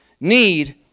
need